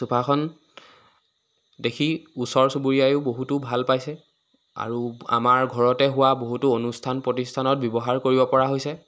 চোফাখন দেখি ওচৰ চুবুৰীয়ায়ো বহুতো ভাল পাইছে আৰু আমাৰ ঘৰতে হোৱা বহুতো অনুষ্ঠান প্ৰতিষ্ঠানত ব্যৱহাৰ কৰিব পৰা হৈছে